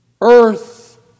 Earth